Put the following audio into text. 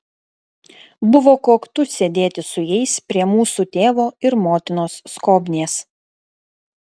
buvo koktu sėdėti su jais prie mūsų tėvo ir motinos skobnies